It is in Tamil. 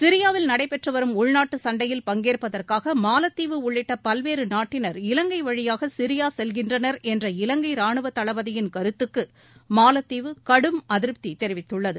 சிரியாவில் நடைபெற்று வரும் உள்நாட்டுச் சண்டையில் பங்கேற்பதற்காக மாலத்தீவு உள்ளிட்ட பல்வேறு நாட்டினர் இலங்கை வழியாக சிரியா செல்கின்றனர் என்ற இலங்கை ராணுவத் தளபதியின் கருத்துக்கு மாலத்தீவு கடும் அதிருப்தி தெரிவித்துள்ளது